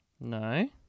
No